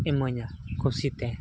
ᱤᱢᱟᱹᱧᱟ ᱠᱩᱥᱤ ᱛᱮ